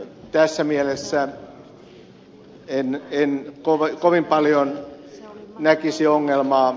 tässä mielessä en kovin paljon näkisi ongelmaa